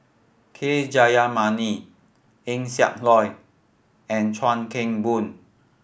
K Jayamani Eng Siak Loy and Chuan Keng Boon